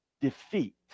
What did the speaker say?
defeat